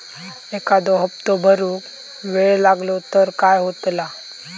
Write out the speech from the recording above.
एखादो हप्तो भरुक वेळ लागलो तर काय होतला?